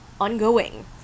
ongoing